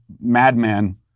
madman